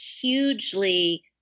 hugely